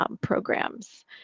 programs